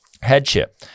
headship